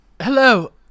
Hello